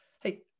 hey